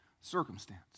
circumstance